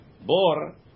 Bor